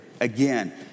Again